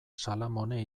salamone